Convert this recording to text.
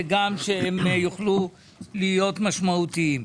וגם שהם יוכלו להיות משמעותיים.